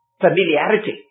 familiarity